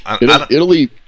Italy